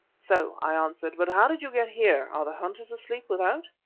so, i answered. but how did you get here? are the hunters asleep without?